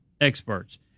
experts